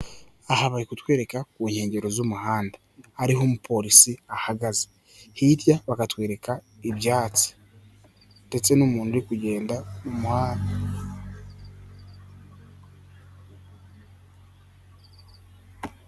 Aha bari kutwereka ku nkengero z'umuhanda, hariho umupolisi ahagaze, hirya bakatwereka ibyatsi ndetse n'umuntu uri kugenda mu muhanda.